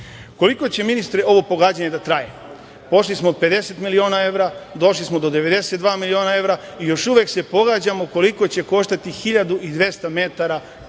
ugovor. Koliko će, ministre, ovo pogađanje da traje? Pošli smo od 50 miliona evra, došli smo do 92 miliona evra i još uvek se pogađamo koliko će koštati 1.200 metara tunela.